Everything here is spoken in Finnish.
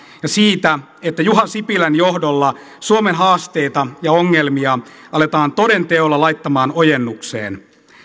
ja siitä että juha sipilän johdolla suomen haasteita ja ongelmia aletaan toden teolla laittamaan ojennukseen